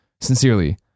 Sincerely